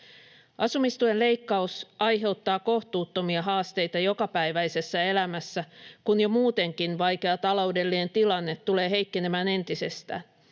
"Asumistuen leikkaus aiheuttaa kohtuuttomia haasteita jokapäiväisessä elämässä, kun jo muutenkin vaikea taloudellinen tilanne tulee heikkenemään entisestään.